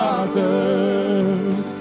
others